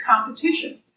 competition